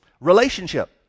Relationship